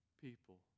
people